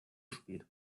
spät